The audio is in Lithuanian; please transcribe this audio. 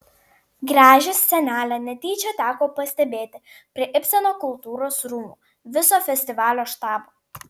gražią scenelę netyčia teko pastebėti prie ibseno kultūros rūmų viso festivalio štabo